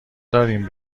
دارین